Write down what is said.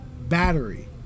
battery